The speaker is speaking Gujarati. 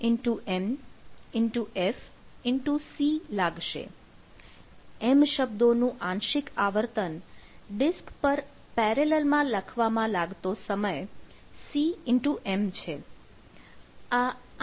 m શબ્દોનું આંશિક આવર્તન ડિસ્ક પર પેરેલલ માં લખવામાં લાગતો સમય cm છે